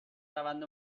روند